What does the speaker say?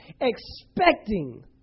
expecting